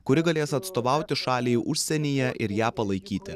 kuri galės atstovauti šaliai užsienyje ir ją palaikyti